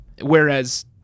whereas